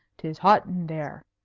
tis hot in there,